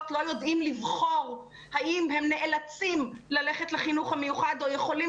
לא יודעים לבחור האם הם נאלצים ללכת לחינוך המיוחד או יכולים